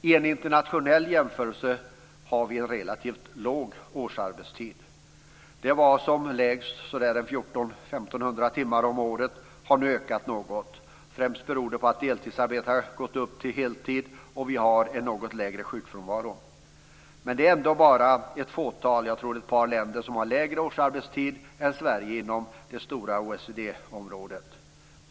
I en internationell jämförelse har vi en relativt låg årsarbetstid. Den var som lägst 1 400-1 500 timmar om året och har nu ökat något. Det beror främst på att deltidsarbetande har gått upp till heltid och att vi har en något lägre sjukfrånvaro. Men det är ändå bara ett fåtal länder - jag tror att det är ett par - som har lägre årsarbetstid än Sverige inom det stora OECD området.